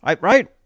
Right